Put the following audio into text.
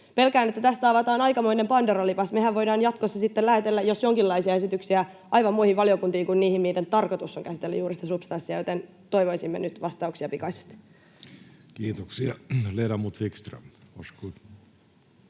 Pelkään, että tässä avataan aikamoinen Pandoran lipas. Mehän voidaan jatkossa sitten lähetellä jos jonkinlaisia esityksiä aivan muihin valiokuntiin kuin niihin, joiden tarkoitus on käsitellä juuri sitä substanssia, joten toivoisimme nyt vastauksia pikaisesti. [Speech